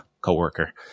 co-worker